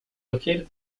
located